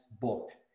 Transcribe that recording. booked